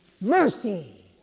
Mercy